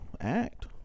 Act